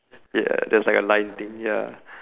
ya there's like a line thing ya